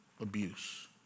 abuse